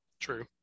True